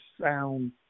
sound